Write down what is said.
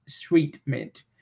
treatment